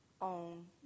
on